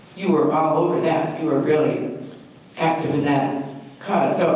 you are all over that. you are brilliant after that cause. so